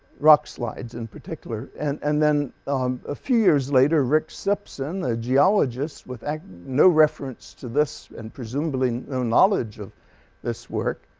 rockslides in particular. and and then a few years later rick sibson, a geologist with no reference to this and presumably no knowledge of this work,